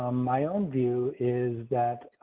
ah my own view is that